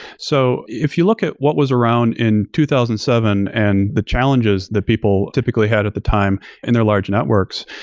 so if you look at what was around in two thousand and seven and the challenges that people typically had at the time in their large networks,